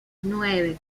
nueve